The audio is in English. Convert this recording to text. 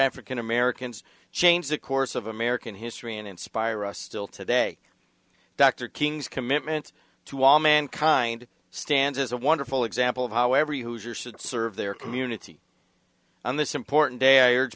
african americans changed the course of american history and inspire us still today dr king's commitment to all mankind stands as a wonderful example of how every hoosier should serve their community on this important day i